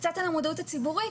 קצת על המודעות הציבורית.